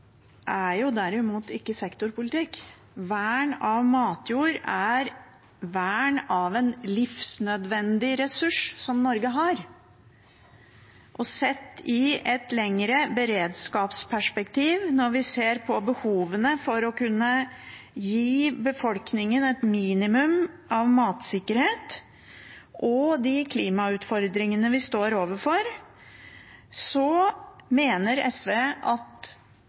er ikke sektorpolitikk. Vern av matjord er vern av en livsnødvendig ressurs som Norge har. Sett i et lengre beredskapsperspektiv, når vi ser på behovene for å kunne gi befolkningen et minimum av matsikkerhet og de klimautfordringene vi står overfor, mener SV at